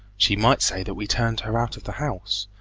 she might say that we turned her out of the house.